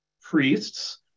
priests